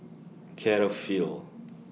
Cetaphil